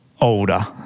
older